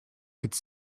could